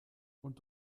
und